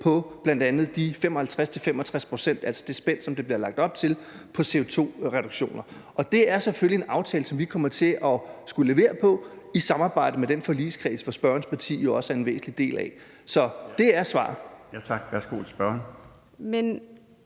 på bl.a. de 55-65 pct., altså det spænd, som der bliver lagt op til, i CO2-reduktioner. Og det er selvfølgelig en aftale, som vi kommer til at skulle levere på i samarbejde med den forligskreds, som spørgerens parti jo også er en væsentlig del af. Så det er svaret. Kl. 14:26 Den fg.